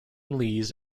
lees